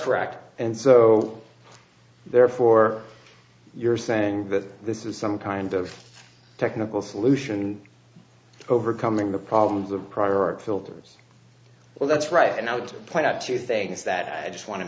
correct and so therefore you're saying that this is some kind of technical solution overcoming the problems of priority filters well that's right and i would point out two things that i just wan